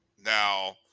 Now